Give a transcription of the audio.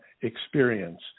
experience